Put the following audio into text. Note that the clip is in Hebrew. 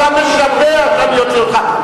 אתה משווע שאני אוציא אותך.